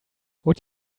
would